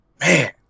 man